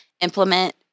implement